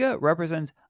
represents